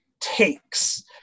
takes